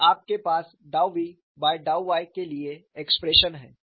तब आपके पास डाउ v by डाउ y के लिए एक्सप्रेशन है